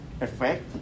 effect